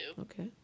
Okay